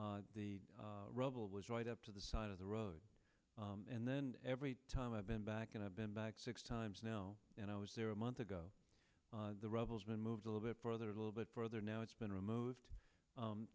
kabul the rubble was right up to the side of the road and then every time i've been back and i've been back six times now and i was there a month ago the rebels been moved a little bit further a little bit further now it's been removed